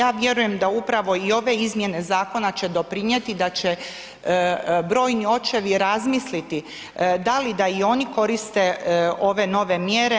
Pa ja vjerujem da upravo i ove izmjene zakona će doprinijeti da će brojni očevi razmisliti da li da i oni koriste ove nove mjere.